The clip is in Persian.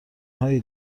هایی